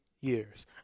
years